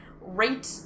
rate